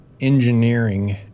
engineering